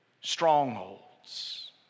strongholds